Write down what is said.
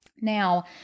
Now